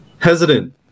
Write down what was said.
hesitant